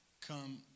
come